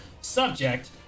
subject